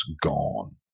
gone